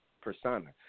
persona